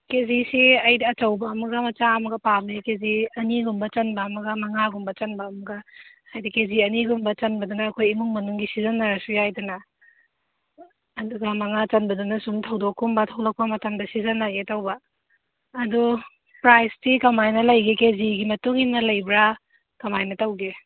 ꯀꯦꯖꯤꯁꯦ ꯑꯩꯗꯤ ꯑꯆꯧꯕ ꯑꯃꯒ ꯃꯆꯥ ꯑꯃꯒ ꯄꯥꯝꯃꯦ ꯀꯦ ꯖꯤ ꯑꯅꯤꯒꯨꯝꯕ ꯆꯟꯕ ꯑꯃꯒ ꯃꯉꯥꯒꯨꯝꯕ ꯆꯟꯕ ꯑꯃꯒ ꯍꯥꯏꯗꯤ ꯀꯦ ꯖꯤ ꯑꯅꯤꯒꯨꯝꯕ ꯆꯟꯕꯗꯨꯅ ꯑꯩꯈꯣꯏ ꯏꯃꯨꯡ ꯃꯅꯨꯡꯒꯤ ꯁꯤꯖꯟꯅꯔꯁꯨ ꯌꯥꯏꯗꯅ ꯑꯗꯨꯒ ꯃꯉꯥ ꯆꯟꯕꯗꯨꯅ ꯁꯨꯝ ꯊꯧꯗꯣꯛꯀꯨꯝꯕ ꯊꯣꯛꯄ ꯃꯇꯝꯗ ꯁꯤꯖꯟꯅꯒꯦ ꯇꯧꯕ ꯑꯗꯣ ꯄ꯭ꯔꯥꯏꯁꯇꯤ ꯀꯃꯥꯏꯅ ꯂꯩꯒꯦ ꯀꯦꯖꯤꯒꯤ ꯃꯇꯨꯡꯏꯟꯅ ꯂꯩꯕ꯭ꯔ ꯀꯃꯥꯏꯅ ꯇꯧꯒꯦ